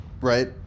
Right